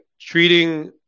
treating